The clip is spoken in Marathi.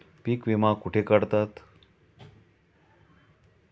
पीक विमा कुठे काढतात?